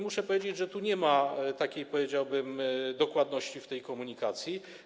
Muszę powiedzieć, że tu nie ma takiej, powiedziałbym, dokładności w komunikacji.